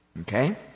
Okay